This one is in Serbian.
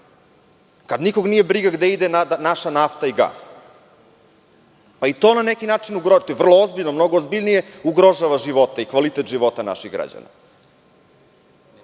kada nikog nije briga gde ide naša nafta i gas. To mnogo ozbiljnije ugrožava živote i kvalitet života naših građana.